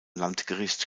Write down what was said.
landgericht